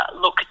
look